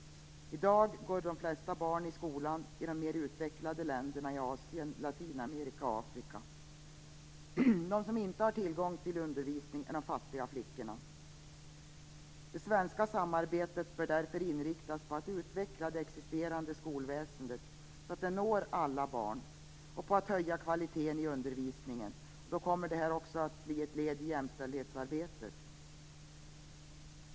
I dag går de flesta barn i skolan i de mer utvecklade länderna i Asien, Latinamerika och Afrika. De som inte har tillgång till undervisning är de fattiga flickorna. Det svenska samarbetet bör därför inriktas på att utveckla det existerande skolväsendet, så att det når alla barn, och på att höja kvaliteten i undervisningen. Det blir då också ett led i jämställdhetsarbetet.